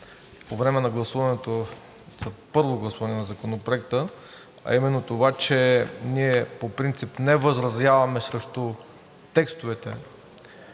по време на първо гласуване на Законопроекта – че ние по принцип не възразяваме срещу текстовете,